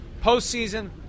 postseason